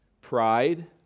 Pride